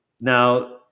now